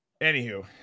anywho